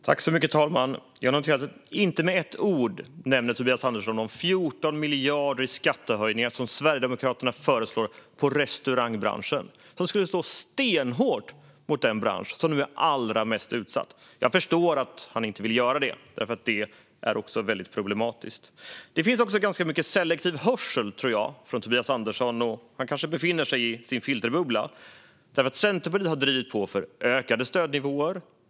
Fru talman! Jag noterar att Tobias Andersson inte med ett ord nämner de 14 miljarder i skattehöjningar som Sverigedemokraterna föreslår för restaurangbranschen. De skulle slå stenhårt mot den bransch som nu är allra mest utsatt. Jag förstår att han inte vill göra det, för detta är väldigt problematiskt. Det finns också ganska mycket selektiv hörsel, tror jag, hos Tobias Andersson. Han kanske befinner sig i sin filterbubbla. Centerpartiet har drivit på för ökade stödnivåer.